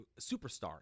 superstar